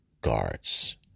guards